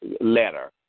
letter